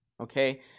okay